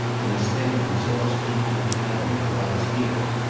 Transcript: in a state of exhaustion at a cabin that lies here.